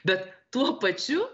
bet tuo pačiu